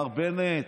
מר בנט,